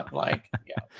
like, yeah,